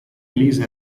elisa